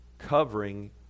covering